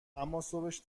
اماصبش